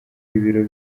ibiro